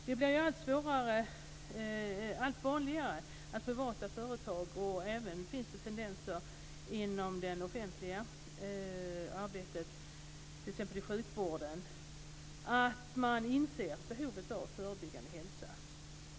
Det blir allt vanligare att privata företag - och det finns även sådana tendenser inom den offentliga sektorn, t.ex. inom sjukvården - inser behovet av förebyggande hälsovård.